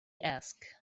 asked